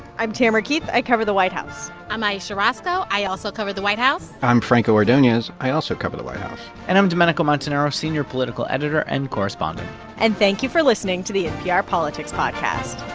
i'm tamara keith. i covered the white house i'm ayesha rascoe, i also cover the white house i'm franco ordonez. i also cover the white house and i'm domenico montanaro, senior political editor and correspondent and thank you for listening to the npr politics podcast